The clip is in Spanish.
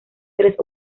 tres